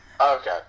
Okay